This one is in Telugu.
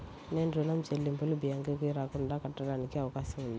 నేను ఋణం చెల్లింపులు బ్యాంకుకి రాకుండా కట్టడానికి అవకాశం ఉందా?